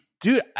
dude